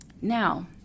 Now